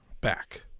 back